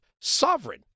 sovereign